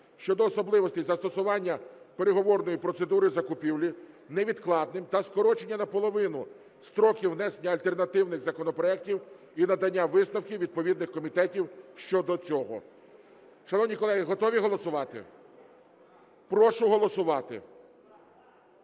щодо особливостей застосування переговорної процедури закупівлі невідкладним та скорочення наполовину строків внесення альтернативних законопроектів і надання висновків відповідних комітетів щодо цього. Шановні колеги, готові голосувати? Прошу голосувати.